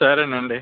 సరేను అండి